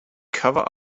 cover